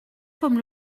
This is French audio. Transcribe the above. comme